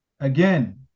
Again